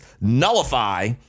nullify